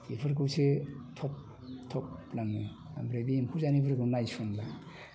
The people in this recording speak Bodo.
बेफोरखौसो थब थब लाङो ओमफ्राय बे एम्फौ जानायफोरखौ नायसनला